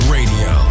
Radio